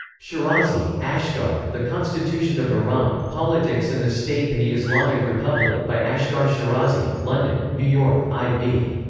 schirazi, asghar, the constitution of iran politics and the state in the islamic republic by asghar schirazi, london new york i b.